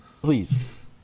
Please